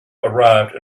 arrived